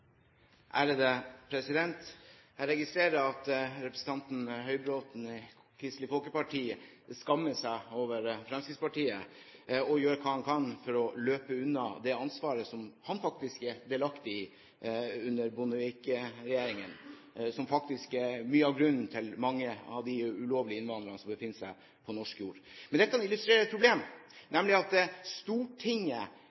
Jeg registrerer at representanten Høybråten i Kristelig Folkeparti skammer seg over Fremskrittspartiet, og gjør hva han kan for å løpe unna det ansvaret som han faktisk var delaktig i under Bondevik-regjeringen, og som faktisk er mye av grunnen til mange av de ulovlige innvandrerne som befinner seg på norsk jord. Men dette illustrerer et problem,